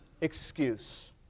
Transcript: excuse